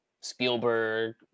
Spielberg